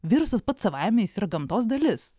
virusas pats savaime jis yra gamtos dalis